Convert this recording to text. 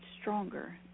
stronger